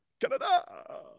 Canada